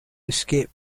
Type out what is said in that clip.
escape